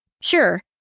Sure